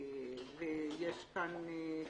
יש כאן את